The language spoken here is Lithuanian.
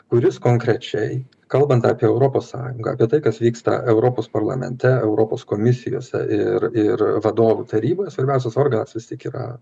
kuris konkrečiai kalbant apie europos sąjungą apie tai kas vyksta europos parlamente europos komisijose ir ir vadovų taryboj svarbiausias organas vis tik yra